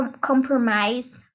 compromised